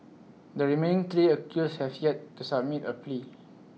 the remaining three accused have yet to submit A plea